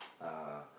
uh